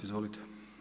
Izvolite.